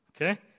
okay